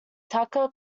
tucker